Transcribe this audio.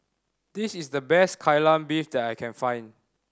this is the best Kai Lan Beef that I can find